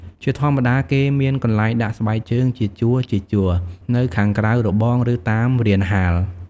ជាធម្មតា គេមានកន្លែងដាក់ស្បែកជើងជាជួរៗនៅខាងក្រៅរបង ឬតាមរានហាល។